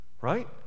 right